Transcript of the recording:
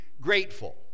grateful